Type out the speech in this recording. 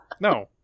no